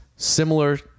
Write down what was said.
Similar